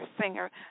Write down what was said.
Singer